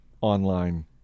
online